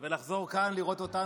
ולחזור כאן לראות אותנו,